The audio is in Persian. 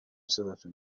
صداتون